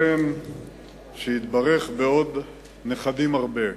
ומי ייתן שיתברך בעוד נכדים הרבה.